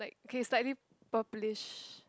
okay slightly purplish